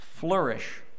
Flourish